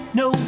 no